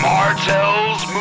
Martell's